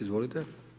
Izvolite.